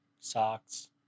socks